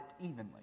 evenly